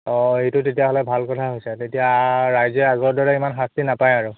অঁ এইটো তেতিয়াহ'লে ভাল কথা হৈছে তেতিয়া ৰাইজে আগৰ দৰে ইমান শাস্তি নাপায় আৰু